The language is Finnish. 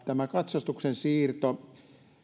tämä katsastuksen siirto